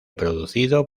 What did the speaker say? producido